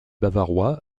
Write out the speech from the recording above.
bavarois